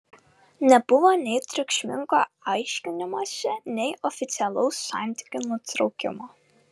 nebuvo nei triukšmingo aiškinimosi nei oficialaus santykių nutraukimo